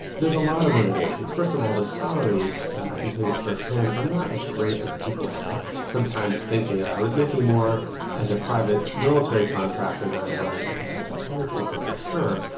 there's a lot of motivations. first of all, the salaries, i can tell you this first-hand, are not as great as people sometimes think they are. i was making more as a private military contractor than i was as a paratrooper for sure,